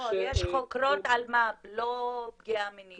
לא, יש חוקרות אלמ"ב, לא פגיעה מינית.